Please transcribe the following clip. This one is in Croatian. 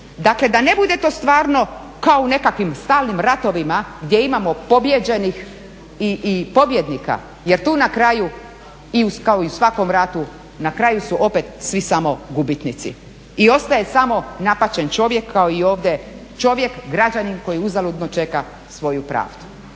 Dakle, da ne bude to stvarno kao u nekakvim stalnim ratovima gdje imamo pobijeđenih i pobjednika, jer tu na kraju kao i u svakom ratu na kraju su opet svi samo gubitnici i ostaje samo napaćen čovjek kao i ovdje čovjek, građanin koji uzaludno čeka svoju pravdu.